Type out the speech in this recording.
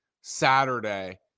Saturday